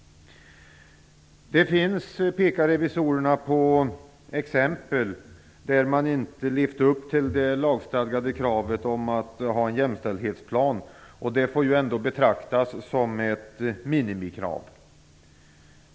Revisorerna pekar på exempel där man inte har levt upp till det lagstadgade kravet att ha en jämställdhetsplan. Det får ju ändå betraktas som ett minimikrav.